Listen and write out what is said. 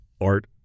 art